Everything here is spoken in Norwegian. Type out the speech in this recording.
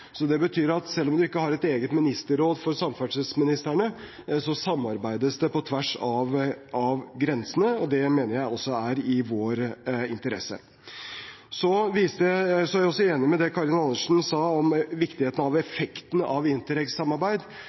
Det betyr at selv om man ikke har et eget ministerråd for samferdselsministrene, samarbeides det på tvers av grensene. Det mener jeg også er i vår interesse. Jeg er også enig i det Karin Andersen sa om viktigheten av effekten av